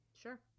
sure